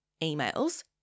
emails